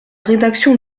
rédaction